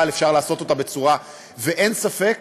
אבל אפשר לעשות את זה בצורה, ואין ספק